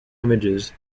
images